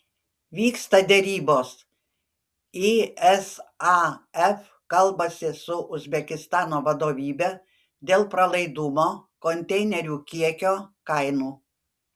vyksta derybos isaf kalbasi su uzbekistano vadovybe dėl pralaidumo konteinerių kiekio kainų